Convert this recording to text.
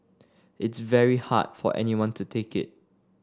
it's very hard for anyone to take it